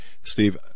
Steve